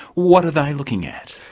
what are they looking at?